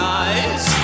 eyes